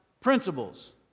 principles